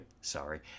Sorry